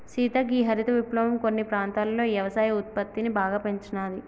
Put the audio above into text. సీత గీ హరిత విప్లవం కొన్ని ప్రాంతాలలో యవసాయ ఉత్పత్తిని బాగా పెంచినాది